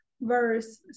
verse